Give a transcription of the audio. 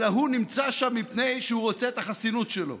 אלא הוא נמצא שם מפני שהוא רוצה את החסינות שלו.